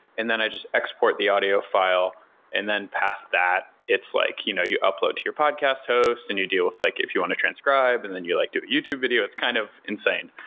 and then i just export the audio file and then pass that. it's like you know you upload your podcast host and you deal with like if you want to transcribe and then you like do a youtube video. it's kind of insane,